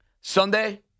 Sunday